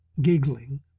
giggling